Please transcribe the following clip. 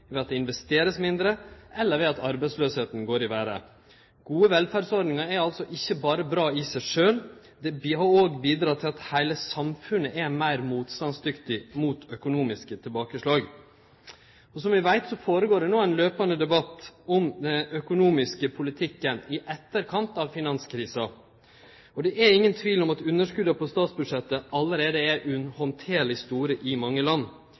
ved at det vert investert mindre, eller ved at arbeidsløysa går i vêret. Gode velferdsordningar er altså ikkje berre bra i seg sjølve – dei har òg bidrege til at heile samfunnet er meir motstandsdyktig mot økonomiske tilbakeslag. Som vi veit, går det no føre seg ein debatt om den økonomiske politikken i etterkant av finanskrisa. Og det er ingen tvil om at underskota på statsbudsjetta allereie er uhandterleg store i mange land.